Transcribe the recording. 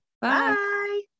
Bye